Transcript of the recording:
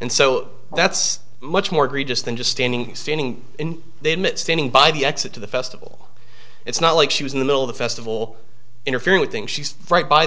and so that's much more egregious than just standing standing they admit standing by the exit to the festival it's not like she was in the middle of the festival interfering with think she's right by the